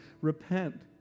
repent